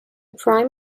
prime